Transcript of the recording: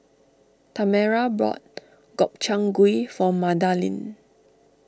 Tamera bought Gobchang Gui for Madalyn